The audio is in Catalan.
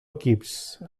equips